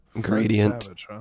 Gradient